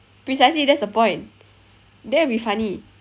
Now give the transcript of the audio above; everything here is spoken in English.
precisely that's the point then it will be funny